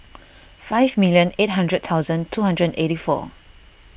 five million eight hundred thousand two hundred and eighty four